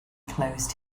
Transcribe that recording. closed